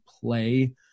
play